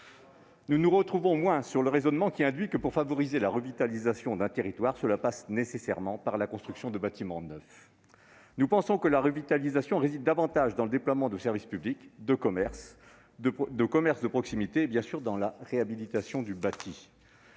Nous nous retrouvons moins sur le raisonnement qui induit que la revitalisation d'un territoire passe nécessairement par la construction de bâtiments neufs. Nous pensons que la revitalisation passe davantage par le déploiement de services publics, de commerces de proximité et, bien sûr, par la réhabilitation du bâti.